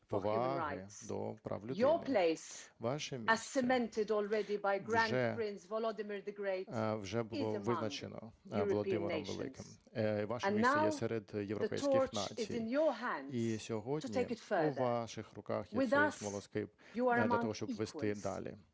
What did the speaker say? Ваше місце вже було визначено Володимиром Великим, ваше місце є серед європейських націй. І сьогодні у ваших руках є цей смолоскип для того, щоб вести далі.